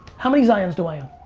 how many zions do i own?